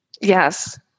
Yes